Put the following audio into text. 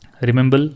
Remember